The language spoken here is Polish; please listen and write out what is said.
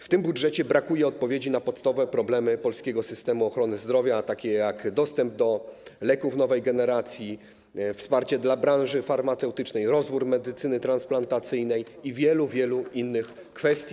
W tym budżecie brakuje odpowiedzi na podstawowe problemy polskiego systemu ochrony zdrowia, takie jak dostęp do leków nowej generacji, wsparcie dla branży farmaceutycznej, rozwój medycyny transplantacyjnej i wielu, wielu innych kwestii.